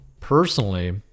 Personally